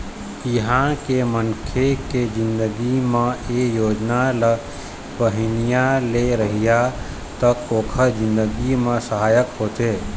इहाँ के मनखे के जिनगी म ए योजना ल बिहनिया ले रतिहा तक ओखर जिनगी म सहायक होथे